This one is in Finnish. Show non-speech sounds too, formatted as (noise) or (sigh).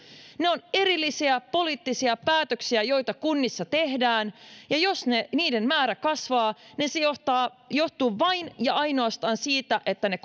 ne ovat erillisiä poliittisia päätöksiä joita kunnissa tehdään ja jos niiden määrä kasvaa niin se johtuu vain ja ainoastaan siitä että ne (unintelligible)